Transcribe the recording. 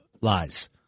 lies